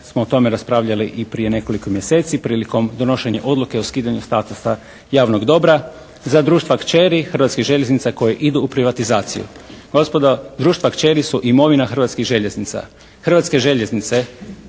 smo o tome raspravljali i prije nekoliko mjeseci prilikom donošenja odluke o skidanju statusa javnog dobra za društva kćeri Hrvatskih željeznica koje idu u privatizaciju. Gospodo, društva kćeri su imovina Hrvatskih željeznica. Hrvatske željeznice